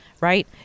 right